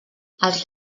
els